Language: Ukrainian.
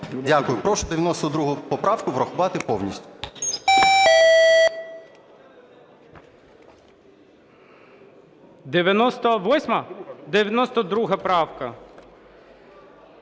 Дякую. Прошу 92 поправку врахувати повністю.